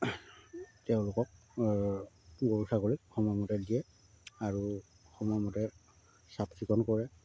তেওঁলোকক গৰু ছাগলীক সময়মতে দিয়ে আৰু সময়মতে চাফ চিকুণ কৰে